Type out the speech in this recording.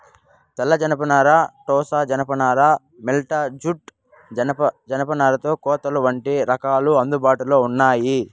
తెల్ల జనపనార, టోసా జానప నార, మేస్టా జూట్, జనపనార కోతలు వంటి రకాలు అందుబాటులో ఉన్నాయి